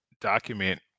document